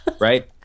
right